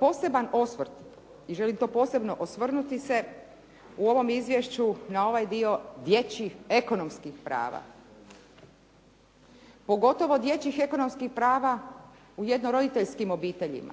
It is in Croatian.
poseban osvrt i želim to posebno osvrnuti se u ovom izvješću na ovaj dio dječjih ekonomskih prava. Pogotovo dječjih ekonomskih prava u jednoroditeljskim obiteljima.